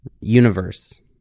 universe